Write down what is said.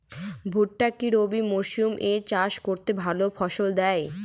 ভুট্টা কি রবি মরসুম এ চাষ করলে ভালো ফলন দেয়?